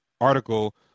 article